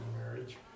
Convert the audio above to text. marriage